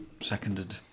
seconded